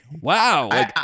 Wow